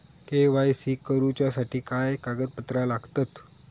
KYC करूच्यासाठी काय कागदपत्रा लागतत?